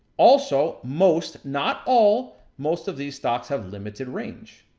also, most, not all most of these stocks have limited range.